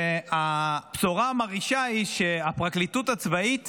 והבשורה המרעישה היא שהפרקליטות הצבאית